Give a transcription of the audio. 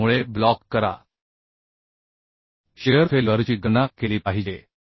त्यामुळे block shear फेल्युअरची गणना केली पाहिजे